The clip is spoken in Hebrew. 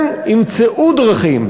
הם ימצאו דרכים,